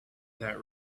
that